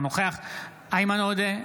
אינו נוכח איימן עודה,